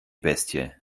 bestie